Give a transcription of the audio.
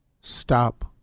Stop